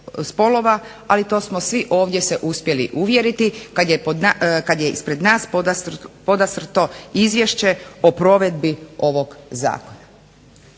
ali to smo svi ovdje se uspjeli uvjeriti kad je ispred nas podastrto izvješće o provedbi ovog zakona